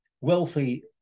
wealthy